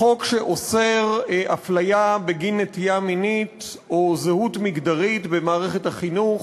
החוק שאוסר אפליה בגין נטייה מינית או זהות מגדרית במערכת החינוך.